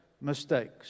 mistakes